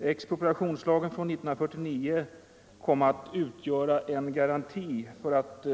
Expropriationslagen från 1949 kom att utgöra en garanti för att